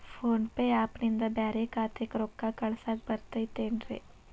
Phone pay app ನಿಂದ ಬ್ಯಾರೆ ಖಾತೆಕ್ ರೊಕ್ಕಾ ಕಳಸಾಕ್ ಬರತೈತೇನ್ರೇ?